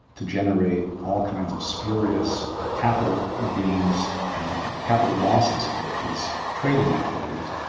to generate all kinds of spurious capital gains and capital losses for his trading activities,